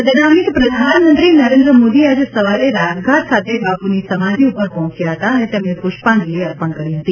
પદનામિત પ્રધાનમંત્રી નરેન્દ્ર મોદી આજે સવારે રાજઘાટ ખાતે બાપુની સમાધિ ઉપર પહોંચ્યા હતા અને તેમને પુષ્પાજંલિ અર્પણ કરી હતી